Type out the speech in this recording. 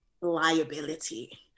liability